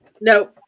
no